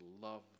love